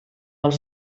els